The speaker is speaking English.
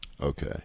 Okay